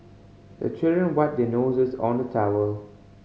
the children wipe their noses on the towel